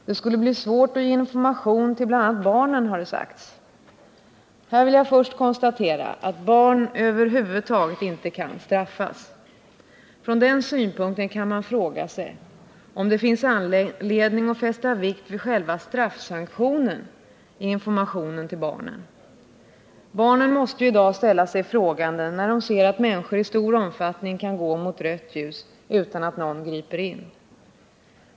Det skulle bli svårt att ge information till bl.a. barnen, har det sagts. Här vill jag först konstatera, att barn över huvud taget inte kan straffas. Från den synpunkten kan man fråga sig, om det finns anledning att fästa vikt vid själva straffsanktionen i informationen till barnen. Barnen måste ju i dag ställa sig frågande, när de ser att människor i stor omfattning kan gå mot rött ljus utan att någon griper in.